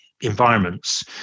environments